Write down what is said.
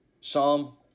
Psalm